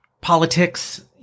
politics